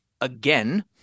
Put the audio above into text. again